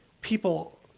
people